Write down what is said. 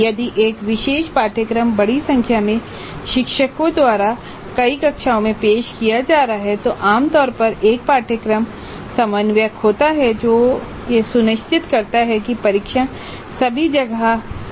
यदि एक विशेष पाठ्यक्रम बड़ी संख्या में शिक्षकों द्वारा कई कक्षाओं में पेश किया जा रहा है तो आमतौर पर एक पाठ्यक्रम समन्वयक होता है जो यह सुनिश्चित करता है कि परीक्षण सभी जगह में समान हों